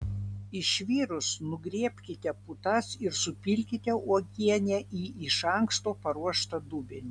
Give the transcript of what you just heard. išvirus nugriebkite putas ir supilkite uogienę į iš anksto paruoštą dubenį